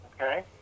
Okay